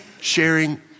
sharing